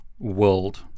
world